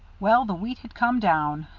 well, the wheat had come down.